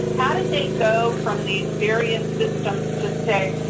how did they go from these various systems to say,